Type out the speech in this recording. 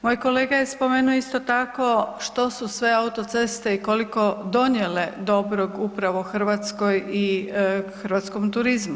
Moj kolega je spomenuo isto tako što su sve autoceste i koliko donijele dobrog upravo Hrvatskoj i hrvatskom turizmu.